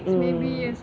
mm